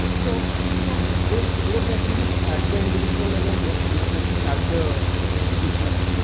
so, so there's bureaucracy at the individual level, there's bureaucracy at the institutional um